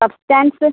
substance